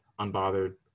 unbothered